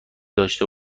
داشته